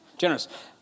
generous